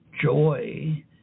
joy